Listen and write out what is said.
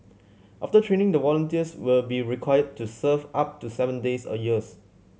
after training the volunteers will be required to serve up to seven days a years